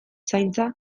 zaintza